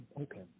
okay